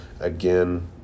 Again